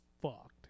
fucked